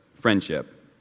friendship